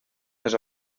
les